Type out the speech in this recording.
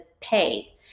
pay